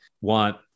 want